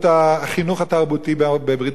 החינוך התרבותי בברית-המועצות,